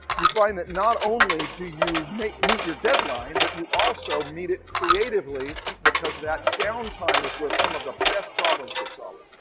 you find that not only do you meet meet your deadline, but you also meet it creatively because that downtime is where some of the best problems get solved.